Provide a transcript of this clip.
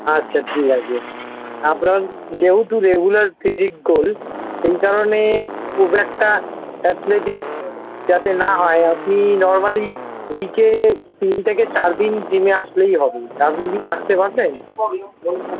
আচ্ছা ঠিক আছে আপনার যেহেতু রেগুলার ফিজিক গোল সেই কারণে খুব একটা অ্যাথলেটিক যাতে না হয় আপনি নরমালই উইকে তিন থেকে চার দিন জিমে আসলেই হবে আপনি কি আসতে পারবেন